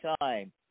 time